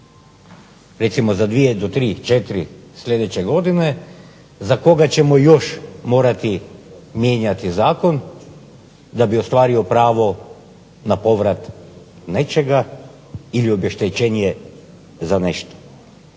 tri, četiri sljedeće godine za koga ćemo još morati mijenjati zakon da bi ostvario pravo na povrat nečega ili obeštećenje za nešto.